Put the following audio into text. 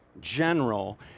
general